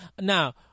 Now